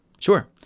Sure